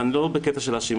אני לא בקטע של להאשים,